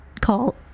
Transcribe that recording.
call